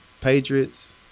Patriots